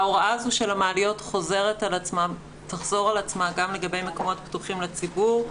ההוראה הזאת של המעליות תחזור על עצמה גם לגבי מקומות פתוחים לציבור,